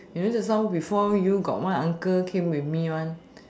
you know just now before you got one uncle came with me one